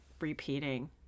repeating